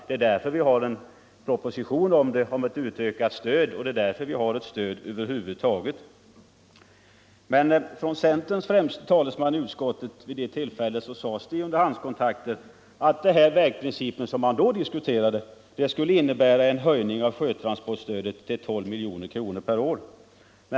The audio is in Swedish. Det är därför regeringen har lagt fram en proposition om utökat stöd, och det är därför vi har ett stöd över huvud taget. I våras sade centerns främste talesman i utskottet vid underhandskontakter att den vägprincip som då diskuterades skulle innebära en höjning av sjötransportstödet till 12 miljoner kronor per år.